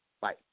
Bye